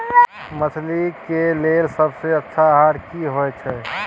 मछली के लेल सबसे अच्छा आहार की होय छै?